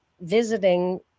visiting